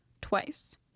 Twice